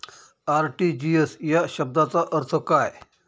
RTGS या शब्दाचा अर्थ काय?